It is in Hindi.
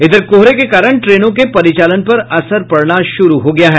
इधर कोहरे के कारण ट्रेनों के परिचालन पर असर पड़ना शुरू हो गया है